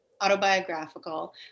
autobiographical